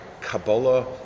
Kabbalah